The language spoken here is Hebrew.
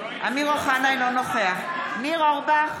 ניר אורבך,